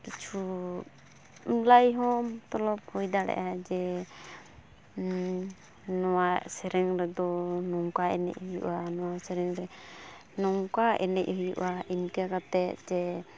ᱠᱤᱪᱷᱩ ᱞᱟᱭᱦᱚᱸᱢ ᱛᱚᱞᱚᱵ ᱦᱩᱭ ᱫᱟᱲᱮᱭᱟᱜᱼᱟ ᱡᱮ ᱱᱚᱣᱟ ᱥᱮᱨᱮᱧ ᱨᱮᱫᱚ ᱱᱚᱝᱠᱟ ᱮᱱᱮᱡ ᱦᱩᱭᱩᱜᱼᱟ ᱱᱚᱣᱟ ᱥᱮᱨᱮᱧ ᱨᱮ ᱱᱚᱝᱠᱟ ᱮᱱᱮᱡ ᱦᱩᱭᱩᱜᱼᱟ ᱤᱱᱠᱟᱹ ᱠᱟᱛᱮᱫ ᱡᱮ